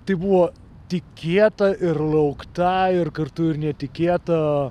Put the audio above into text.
tai buvo tikėta ir laukta ir kartu ir netikėta